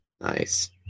Nice